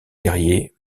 guerriers